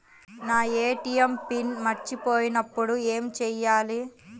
నా ATM pin మర్చిపోయినప్పుడు ఏమి చేయాలి?